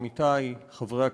עמיתי חברי הכנסת,